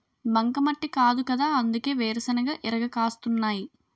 బంకమట్టి కాదుకదా అందుకే వేరుశెనగ ఇరగ కాస్తున్నాయ్